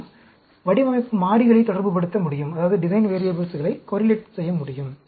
நாம் வடிவமைப்பு மாறிகளைத் தொடர்புப்படுத்த முடியும்